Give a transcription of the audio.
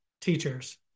teachers